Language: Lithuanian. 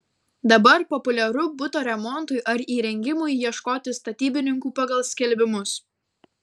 dabar populiaru buto remontui ar įrengimui ieškoti statybininkų pagal skelbimus